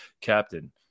Captain